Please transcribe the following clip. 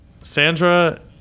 Sandra